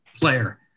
player